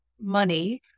money